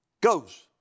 goes